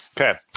Okay